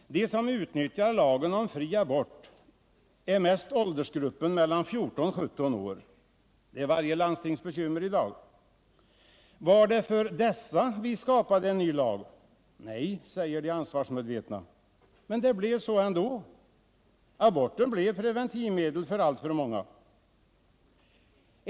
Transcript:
De som mest utnyttjar lagen om fri abort är i åldersgruppen mellan 14 och 17 år —det är varje landstings bekymmer i dag. Var det för dessa vi skapade en ny lag? Nej, säger de ansvarsmedvetna. Men det blev så ändå. Aborten blev preventivmedel för alltför många.